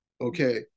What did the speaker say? Okay